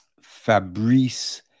Fabrice